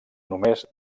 només